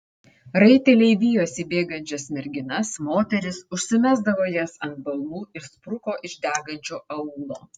raiteliai vijosi bėgančias merginas moteris užsimesdavo jas ant balnų ir spruko iš degančio aūlo